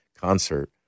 concert